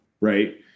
Right